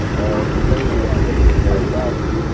or maybe a particular pair of trousers,